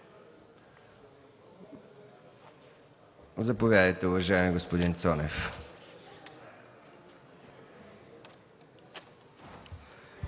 Заповядайте, уважаеми господин Цонев,